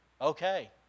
Okay